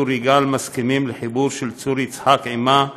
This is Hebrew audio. צור יגאל מסכימים לחיבור של צור יצחק עימם,